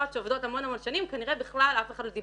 אני אתחשבן אתם אחר